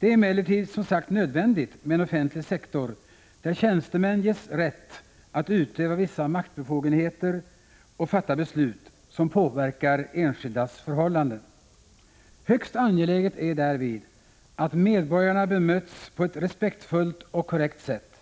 Det är emellertid nödvändigt med en offentlig sektor där tjänstemän ges rätt att utöva vissa maktbefogenheter och fatta beslut som påverkar enskildas förhållanden. Högst angeläget är därvid att medborgarna bemöts på ett respektfullt och korrekt sätt.